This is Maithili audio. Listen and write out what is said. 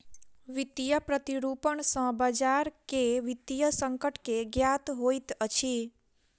वित्तीय प्रतिरूपण सॅ बजार के वित्तीय संकट के ज्ञात होइत अछि